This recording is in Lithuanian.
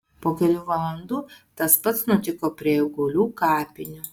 po kelių valandų tas pats nutiko prie eigulių kapinių